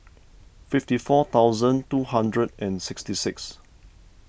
fifty four thousand two hundred and sixty six